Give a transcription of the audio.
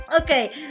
Okay